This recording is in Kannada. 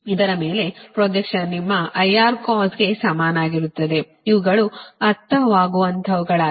ಇದರ ಮೇಲಿನ ಪ್ರೊಜೆಕ್ಷನ್ ನಿಮ್ಮ IRcosಗೆ ಸಮನಾಗಿರುತ್ತದೆ ಇವುಗಳು ಅರ್ಥವಾಗುವಂತಹವುಗಳಾಗಿವೆ